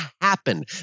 happen